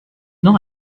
noch